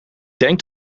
denk